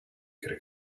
could